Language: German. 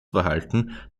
verhalten